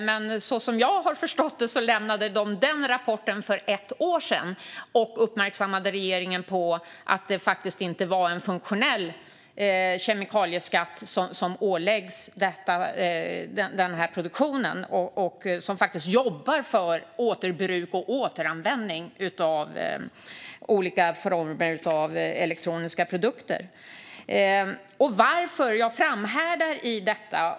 Men som jag förstått det lämnade de den rapporten för ett år sedan och uppmärksammade regeringen på att det inte var en funktionell kemikalieskatt som ålades produktionen, där man jobbar för återbruk och återanvändning av olika former av elektroniska produkter. Varför framhärdar jag i detta?